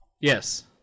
yes